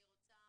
אני רוצה